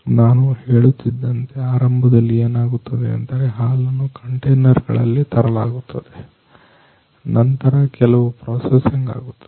ನಾನು ಹೇಳುತ್ತಿದ್ದಂತೆ ಆರಂಭದಲ್ಲಿ ಏನಾಗುತ್ತದೆಯೆಂದರೆ ಹಾಲನ್ನು ಕಂಟೈನರ್ ಗಳಲ್ಲಿ ತರಲಾಗುತ್ತದೆ ನಂತರ ಕೆಲವು ಪ್ರೊಸೆಸಿಂಗ್ ಆಗುತ್ತದೆ